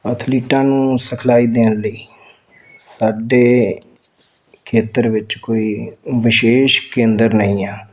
ਅਥਲੀਟਾਂ ਨੂੰ ਸਿਖਲਾਈ ਦੇਣ ਲਈ ਸਾਡੇ ਖੇਤਰ ਵਿੱਚ ਕੋਈ ਵਿਸ਼ੇਸ਼ ਕੇਂਦਰ ਨਹੀਂ ਆ